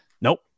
Nope